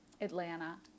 atlanta